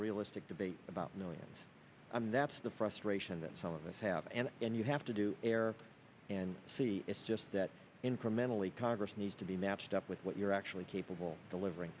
a realistic debate about millions and that's the frustration that some of us have and and you have to do air and see it's just that incrementally congress needs to be matched up with what you're actually capable of delivering